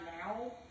now